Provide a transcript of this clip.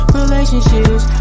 relationships